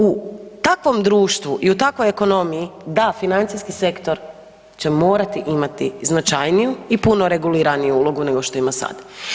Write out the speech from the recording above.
U takvom društvu i u takvoj ekonomiji, da, financijski sektor će morati imati značajniju i puno reguliraniju ulogu nego što ima sad.